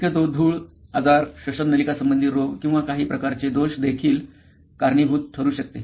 शक्यतो धूळ आजार श्वासनलिकांसंबंधी रोग किंवा काही प्रकारचे दोष देखील कारणीभूत ठरू शकते